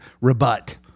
rebut